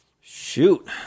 Shoot